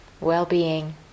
well-being